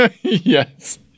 yes